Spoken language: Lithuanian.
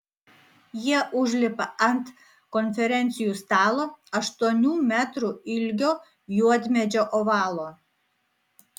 jie užlipa ant konferencijų stalo aštuonių metrų ilgio juodmedžio ovalo